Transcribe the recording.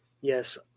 Yes